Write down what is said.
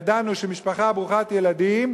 ידענו שמשפחה ברוכת ילדים,